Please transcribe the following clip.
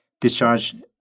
discharge